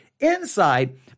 Inside